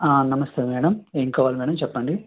నమస్తే మేడం ఏం కావాలి మేడం చెప్పండి